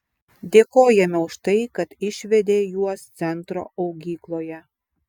dėkojame už tai kad išvedė juos centro augykloje